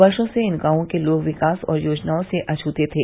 वर्षों से इन गांवों के लोग विकास की योजनाओं से अप्टते थे